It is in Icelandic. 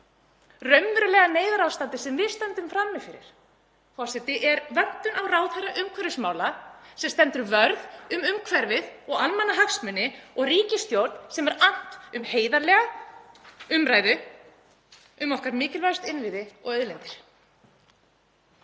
Raunverulega neyðarástandið sem við stöndum frammi fyrir, forseti, er vöntun á ráðherra umhverfismála sem stendur vörð um umhverfið og almannahagsmuni og ríkisstjórn sem er annt um heiðarlega umræðu um okkar mikilvægustu innviði og auðlindir.